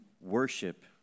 worship